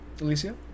Alicia